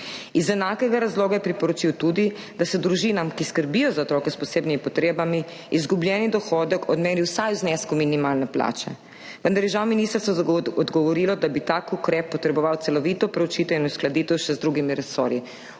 Iz enakega razloga je priporočil tudi, da se družinam, ki skrbijo za otroke s posebnimi potrebami, izgubljeni dohodek odmeri vsaj v znesku minimalne plače, vendar je žal ministrstvo odgovorilo, da bi tak ukrep potreboval celovito preučitev in uskladitev še z drugimi resorji.